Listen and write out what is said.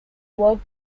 worked